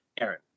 Aaron